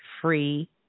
free